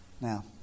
Now